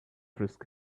frisk